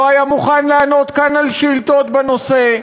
לא היה מוכן לענות כאן על שאילתות בנושא,